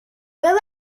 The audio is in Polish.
byłem